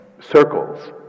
circles